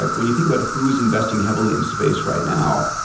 like when you think about who's investing heavily in space right now,